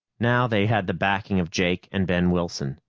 now they had the backing of jake and ben wilson.